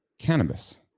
Cannabis